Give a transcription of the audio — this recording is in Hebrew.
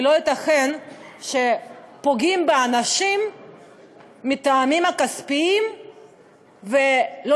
כי לא ייתכן שפוגעים באנשים מטעמים כספיים ולא